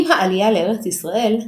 עם העלייה לארץ ישראל,